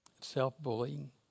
Self-bullying